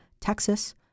Texas